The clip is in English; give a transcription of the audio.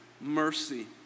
mercy